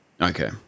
Okay